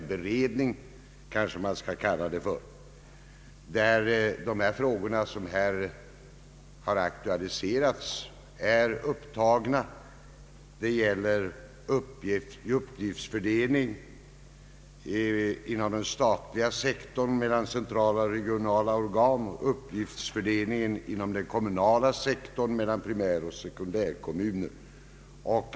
I beredningar skall frågor som här är aktualiserade tas upp. Det gäller uppgiftsfördelningen inom den statliga sektorn mellan centrala och regionala organ och uppgiftsfördelningen inom den kommunala sektorn mellan primäroch sekundärkommuner.